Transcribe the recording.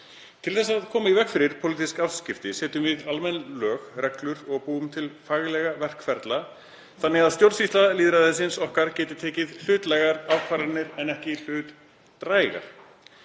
Til að koma í veg fyrir pólitísk afskipti setjum við almenn lög, reglur og búum til faglega verkferla þannig að stjórnsýsla lýðræðisins okkar geti tekið hlutlægar ákvarðanir en ekki hlutdrægar